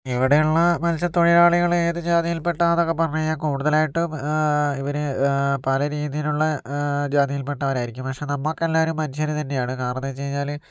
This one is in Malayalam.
ഇവിടുള്ള മത്സ്യ തൊഴിലാളികൾ ഏത് ജാതിയിൽപ്പെട്ടതാന്നൊക്കെ പറഞ്ഞ് കഴിഞ്ഞാൽ കൂടുതലായിട്ട് ഇവര് പല രീതിയിലുള്ള ജാതിയിൽ പെട്ടവരായിരിക്കും പക്ഷെ നമുക്കെല്ലാവരും മനുഷ്യര് തന്നെയാണ് കാരണം എന്താണെന്ന് വച്ച് കഴിഞ്ഞാല്